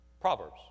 Proverbs